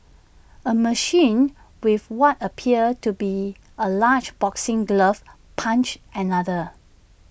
A machine with what appeared to be A large boxing glove punched another